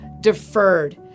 deferred